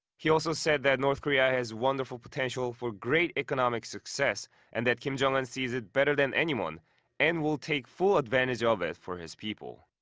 he also said that north korea has wonderful potential for great economic success and that kim jong-un sees it better than anyone and will take full advantage ah of it for his people.